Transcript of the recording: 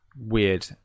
weird